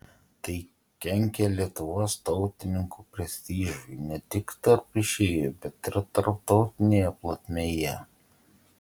tai kenkė lietuvos tautininkų prestižui ne tik tarp išeivių bet ir tarptautinėje plotmėje